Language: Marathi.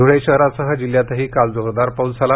ध्वळे शहरासह जिल्ह्यातही काल जोरदार पाऊस झाला